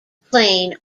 plane